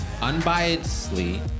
unbiasedly